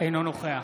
אינו נוכח